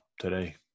today